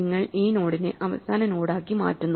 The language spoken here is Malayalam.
നിങ്ങൾ ഈ നോഡിനെ അവസാന നോഡാക്കി മാറ്റുന്നു